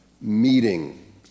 meeting